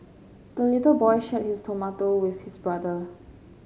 the little boy shared his tomato with his brother